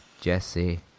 Jesse